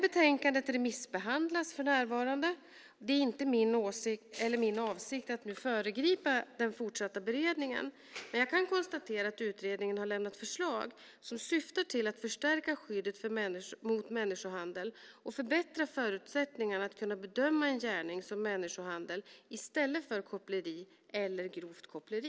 Betänkandet remissbehandlas för närvarande, och det är inte min avsikt att nu föregripa den fortsatta beredningen. Jag kan emellertid konstatera att utredningen har lämnat förslag som syftar till att förstärka skyddet mot människohandel och förbättra förutsättningarna att kunna bedöma en gärning som människohandel i stället för koppleri eller grovt koppleri.